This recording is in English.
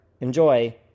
Enjoy